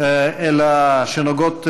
אלא שנוגעות לכנסת,